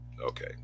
Okay